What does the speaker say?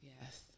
yes